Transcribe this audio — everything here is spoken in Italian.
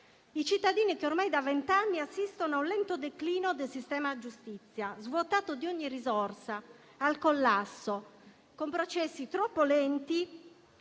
i cittadini, che ormai da vent'anni assistono ad un lento declino del sistema giustizia, svuotato di ogni risorsa e al collasso, con processi troppo lenti